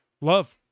Love